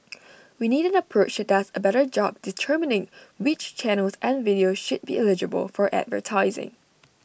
we need an approach that does A better job determining which channels and videos should be eligible for advertising